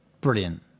Brilliant